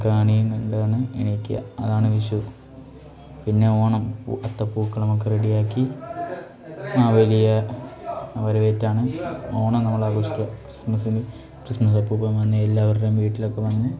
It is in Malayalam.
കണിയും കണ്ടാണ് എണീക്കുക അതാണ് വിഷു പിന്നെ ഓണം അത്തപ്പൂക്കളമൊക്കെ റെഡിയാക്കി മാവേലിയെ വരവേറ്റാണ് ഓണം നമ്മളാഘോഷിക്കുക ക്രിസ്മസിന് ക്രിസ്മസ്സപ്പൂപ്പൻ വന്ന് എല്ലാവരുടെയും വീട്ടിലൊക്കെ വന്ന്